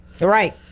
Right